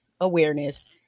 awareness